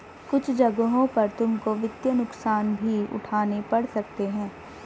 कुछ जगहों पर तुमको वित्तीय नुकसान भी उठाने पड़ सकते हैं